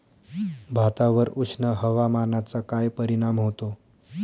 भातावर उष्ण हवामानाचा काय परिणाम होतो?